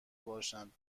باشند